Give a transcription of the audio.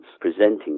presenting